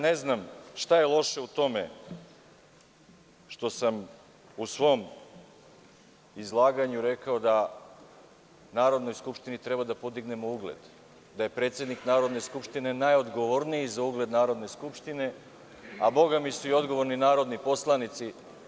Ne znam šta je loše u tome što sam u svom izlaganju rekao da Narodnoj skupštini treba da podignemo ugled, da je predsednik Narodne skupštine najodgovorniji za ugled Narodne skupštine, a bogami su odgovorni i narodni poslanici.